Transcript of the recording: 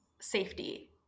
safety